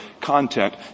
content